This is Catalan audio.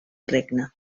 regne